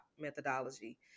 methodology